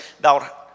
thou